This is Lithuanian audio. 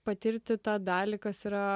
patirti tą dalį kas yra